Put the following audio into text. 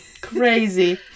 Crazy